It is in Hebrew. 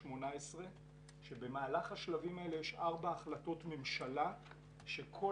2018 כאשר במהלך השלבים האלה יש ארבע החלטות ממשלה שכל